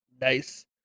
Nice